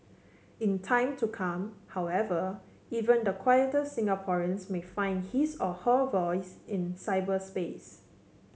in time to come however even the quieter Singaporeans may find his or her voice in cyberspace